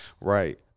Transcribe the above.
Right